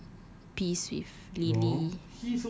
like peace with lily